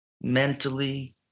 Mentally